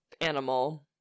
animal